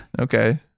Okay